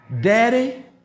Daddy